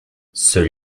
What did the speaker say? seul